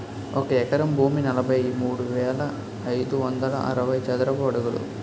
ఒక ఎకరం భూమి నలభై మూడు వేల ఐదు వందల అరవై చదరపు అడుగులు